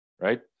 right